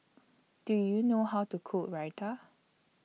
Do YOU know How to Cook Raita